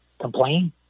complain